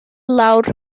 lawr